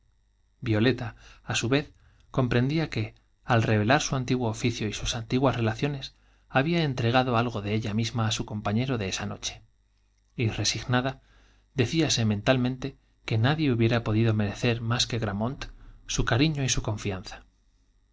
violeta á su vez comprendía que al revelar su antiguo oficio y sus antiguas relaciones había entre gado algo de ella misma á su compañero de esa noche y resignada decíase mentalmente que nadie hubiera podido merecer más qu gramont su cariño y su confianza